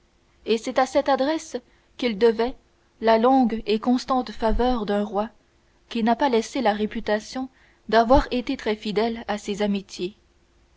et c'est à cette adresse qu'il devait la longue et constante faveur d'un roi qui n'a pas laissé la réputation d'avoir été très fidèle à ses amitiés